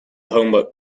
homework